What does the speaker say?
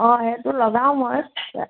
অ সেইটো লগাওঁ মই